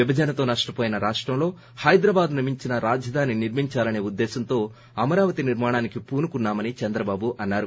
విభజనతో స్టషపోయిన రోష్టం లో హైదరాబాద్ను మించిన రాజధానిస్ నిర్మించాలనే ఉద్దేశంతో అమరావత్ నిర్మాణానిక్ పూనుకున్నా మని చంద్రబాబు అన్నారు